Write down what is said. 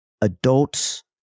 adults